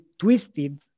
twisted